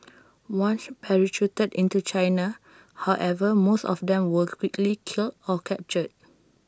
once parachuted into China however most of them were quickly killed or captured